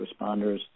responders